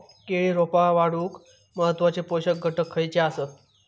केळी रोपा वाढूक महत्वाचे पोषक घटक खयचे आसत?